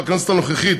בכנסת הנוכחית,